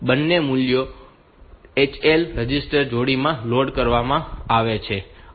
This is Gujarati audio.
તેથી આ 2 મૂલ્યો HL રજિસ્ટર જોડીમાં લોડ કરવામાં આવશે